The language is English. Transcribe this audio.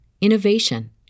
innovation